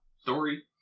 story